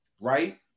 Right